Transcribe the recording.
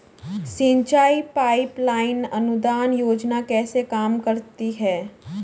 सिंचाई pipeline अनुदान योजना कैसे काम करती है?